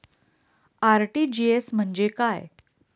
RTGS म्हणजे काय?